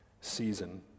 season